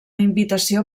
invitació